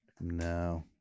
No